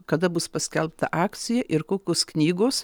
kada bus paskelbta akcija ir kokios knygos